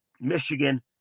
Michigan